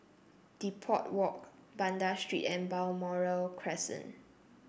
Depot Walk Banda Street and Balmoral Crescent